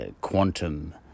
Quantum